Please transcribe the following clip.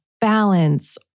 balance